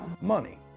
Money